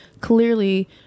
clearly